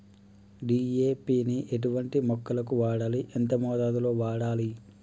DAP ని ఎటువంటి మొక్కలకు వాడాలి? ఎంత మోతాదులో వాడాలి?